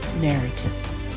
narrative